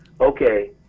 okay